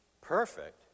perfect